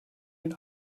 den